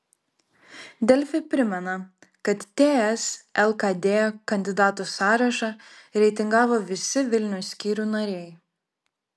delfi primena kad ts lkd kandidatų sąrašą reitingavo visi vilniaus skyrių nariai